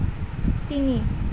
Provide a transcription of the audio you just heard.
তিনি